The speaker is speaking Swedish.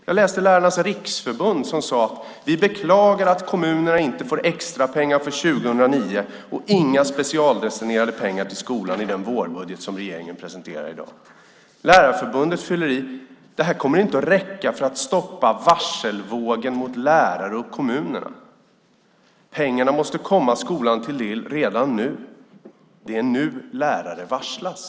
Jag läste att Lärarnas Riksförbund sagt: Vi beklagar att kommunerna inte får extrapengar för 2009 och inga specialdestinerade pengar till skolan i den vårbudget som regeringen presenterat. Lärarförbundet har fyllt i med: Det här kommer inte att räcka för att stoppa varselvågen mot lärare och kommuner. Pengarna måste komma skolan till del redan nu. Det är nu lärare varslas.